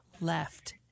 left